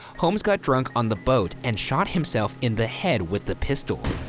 holmes got drunk on the boat and shot himself in the head with the pistol.